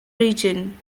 region